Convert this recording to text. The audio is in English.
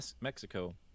Mexico